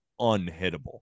unhittable